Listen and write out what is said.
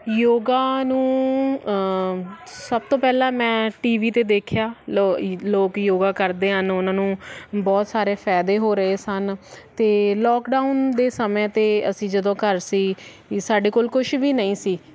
ਯੋਗਾ ਨੂੰ ਸਭ ਤੋਂ ਪਹਿਲਾਂ ਮੈਂ ਟੀਵੀ 'ਤੇ ਦੇਖਿਆ ਲੋ ਲੋਕ ਯੋਗਾ ਕਰਦੇ ਹਨ ਉਹਨਾਂ ਨੂੰ ਬਹੁਤ ਸਾਰੇ ਫਾਇਦੇ ਹੋ ਰਹੇ ਸਨ ਅਤੇ ਲੋਕਡਾਊਨ ਦੇ ਸਮੇਂ 'ਤੇ ਅਸੀਂ ਜਦੋਂ ਘਰ ਸੀ ਸਾਡੇ ਕੋਲ ਕੁਛ ਵੀ ਨਹੀਂ ਸੀ